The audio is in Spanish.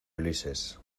ulises